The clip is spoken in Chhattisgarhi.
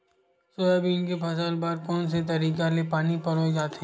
सोयाबीन के फसल बर कोन से तरीका ले पानी पलोय जाथे?